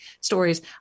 stories